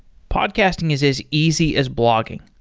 podcasting is as easy as blogging.